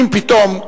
אם פתאום,